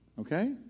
Okay